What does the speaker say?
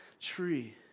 tree